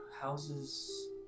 houses